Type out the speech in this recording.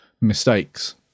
mistakes